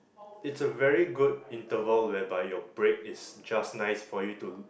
it's a very good interval whereby your break is just nice for you to